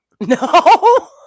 No